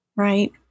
right